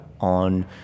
on